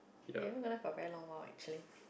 wait why gonna got very long whale actually